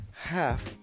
half